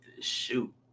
shoot